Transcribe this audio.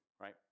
right